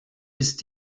ist